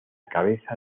cabeza